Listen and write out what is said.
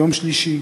יום שלישי,